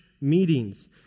meetings